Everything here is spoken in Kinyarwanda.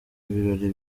ibirori